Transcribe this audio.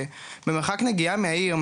במרחק נגיעה מהעיר,